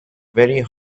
very